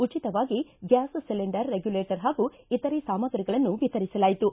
ಉಚಿತವಾಗಿ glass cylinder regulator ಹಾಗೂ ಇತರೆ ಸಾಮಗ್ರಿಗಳನ್ನು ವಿತರಿಸಲಾಯಿತು